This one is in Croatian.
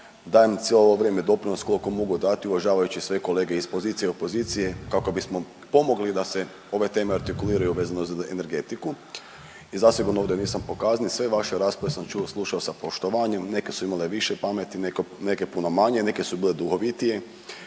dajem cijelo ovo vrijeme doprinos koliko mogu dati uvažavajući sve kolege iz pozicije, opozicije kako bismo pomogli da se ove teme artikuliraju vezano za energetiku. I zasigurno ovdje nisam po kazni. Sve vaše rasprave sam čuo, slušao sa poštovanjem. Neke su imale više pameti, neke puno manje. Neke su bile duhovitije,